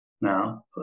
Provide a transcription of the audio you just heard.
now